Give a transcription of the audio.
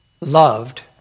loved